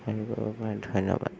হেৰি কৰিব পাৰে ধন্যবাদ